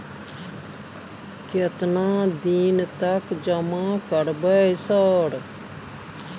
केतना दिन तक जमा करबै सर?